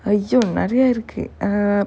!aiyo! நிறைய இருக்கு:niraiya irukku err